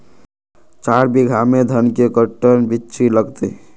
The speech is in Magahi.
चार बीघा में धन के कर्टन बिच्ची लगतै?